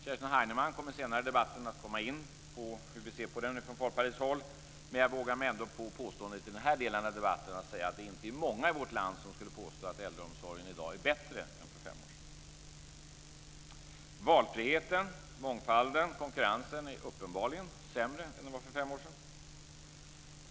Kerstin Heinemann kommer senare i debatten att komma in på hur vi ser på den från Folkpartiets håll, men jag vågar mig på att i den här delen av debatten säga att det inte är många i vårt land som skulle påstå att äldreomsorgen i dag är bättre än för fem år sedan. Valfriheten, mångfalden och konkurrensen är uppenbarligen sämre än för fem år sedan.